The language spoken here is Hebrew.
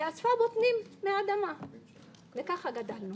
ואספה בוטנים מהאדמה וככה גדלנו.